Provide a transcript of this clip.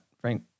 Frank